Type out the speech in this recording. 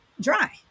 dry